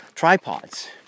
Tripods